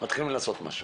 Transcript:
מתחילים לעשות משהו.